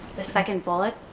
the second bullet,